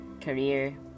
career